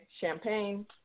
Champagne